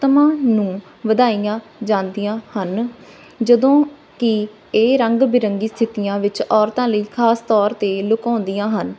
ਨੂੰ ਵਧਾਈਆਂ ਜਾਂਦੀਆਂ ਹਨ ਜਦੋਂ ਕਿ ਇਹ ਰੰਗ ਬਿਰੰਗੀ ਸਥਿਤੀਆਂ ਵਿੱਚ ਔਰਤਾਂ ਲਈ ਖਾਸ ਤੌਰ 'ਤੇ ਲੁਕਾਉਂਦੀਆਂ ਹਨ